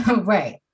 Right